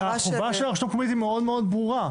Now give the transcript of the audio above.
החובה של הרשות המקומית היא מאוד מאוד ברורה,